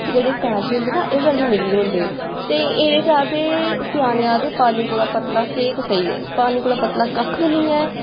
जेह्ड़े कारज होंदे न एह् रली मिलियै होंदे ते जां ते स्यानें आखदे पानी कोला पतला केह् कुसैं ई पानी कोला पतला कक्ख बी निं ऐ